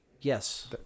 yes